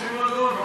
רוצים לדון.